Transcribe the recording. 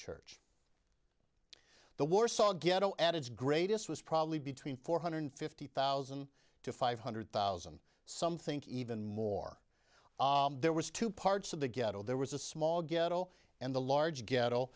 church the warsaw ghetto at its greatest was probably between four hundred fifty thousand to five hundred thousand something even more there was two parts of the ghetto there was a small ghetto and a large ghetto